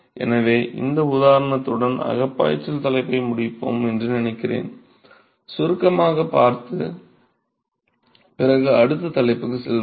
எனவே இந்த உதாரணத்துடன் அகப்பாய்ச்சல் தலைப்பை முடிப்போம் என்று நினைக்கிறேன் சுருக்கமாக பார்த்து பிறகு அடுத்த தலைப்புக்குச் செல்வோம்